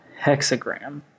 hexagram